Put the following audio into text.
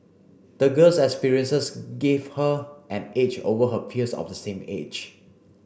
the girl's experiences gave her an age over her peers of the same age